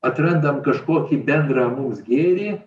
atrandam kažkokį bendrą mums gėrį